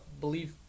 believe